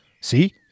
See